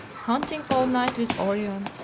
hunting all night with orion,